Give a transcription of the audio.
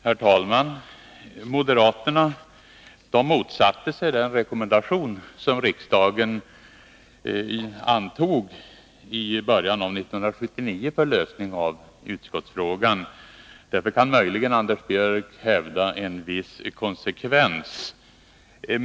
Herr talman! Moderaterna motsatte sig den rekommendation som riksdagen i början av 1979 antog för att få till stånd en lösning av utskottsfrågan. Därför kan Anders Björck möjligen hävda en viss konsekvens.